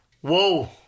whoa